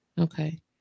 Okay